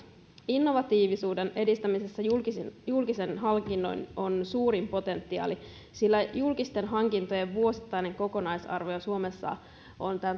innovatiivisuuden edistämisessä julkisin hankinnoin on suurin potentiaali sillä julkisten hankintojen vuosittainen kokonaisarvio suomessa on